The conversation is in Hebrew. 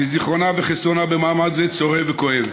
וזיכרונה וחסרונה במעמד זה צורב וכואב.